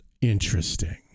Interesting